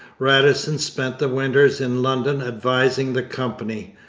radisson spent the winters in london advising the company,